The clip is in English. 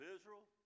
Israel